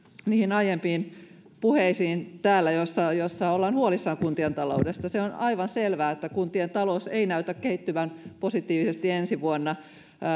niihin aiempiin puheisiin täällä joissa joissa ollaan huolissaan kuntien taloudesta on aivan selvää että kuntien talous ei näytä kehittyvän positiivisesti ensi vuonna